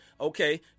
okay